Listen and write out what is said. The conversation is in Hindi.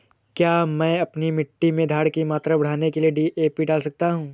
क्या मैं अपनी मिट्टी में धारण की मात्रा बढ़ाने के लिए डी.ए.पी डाल सकता हूँ?